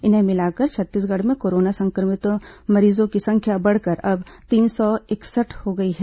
इन्हें मिलाकर छत्तीसगढ़ में कोरोना संक्रमितों मरीजों की संख्या बढ़कर अब तीन सौ इकसठ हो गई है